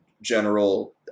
General